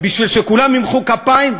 בשביל שכולם ימחאו כפיים,